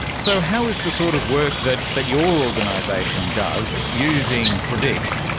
so how is the sort of work that that your organisation does, using predict,